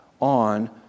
on